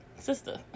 sister